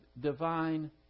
divine